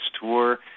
tour